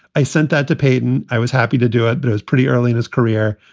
i sent that to peyton. i was happy to do it, but it was pretty early in his career.